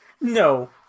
No